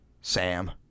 sam